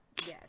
Yes